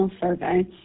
survey